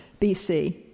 BC